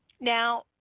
Now